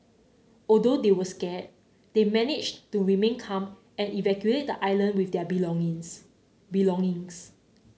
although they were scared they managed to remain calm and evacuate the island with their belongings belongings